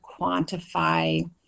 quantify